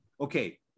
Okay